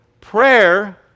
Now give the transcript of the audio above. prayer